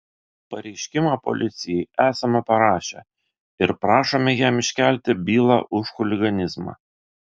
pareiškimą policijai esame parašę ir prašome jam iškelti bylą už chuliganizmą